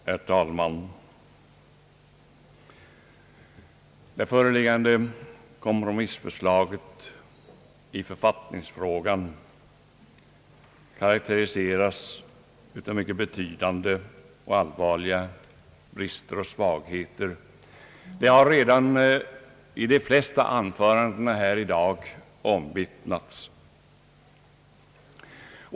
Herr talman! Det föreliggande kompromissförslaget i författningsfrågan karakteriseras av mycket betydande och allvarliga brister och svagheter. I de flesta anförandena i dag har detta redan omvittnats.